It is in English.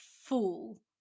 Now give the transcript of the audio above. fool